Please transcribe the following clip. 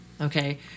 Okay